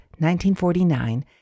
1949